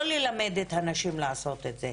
לא ללמד את הנשים לעשות את זה.